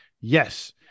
Yes